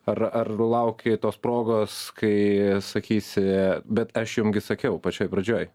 ar ar lauki tos progos kai sakysi bet aš jum gi sakiau pačioj pradžioj